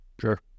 sure